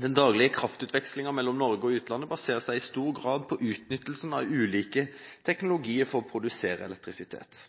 Den daglige kraftutvekslingen mellom Norge og utlandet baserer seg i stor grad på utnyttelsen av ulike teknologier for å produsere elektrisitet.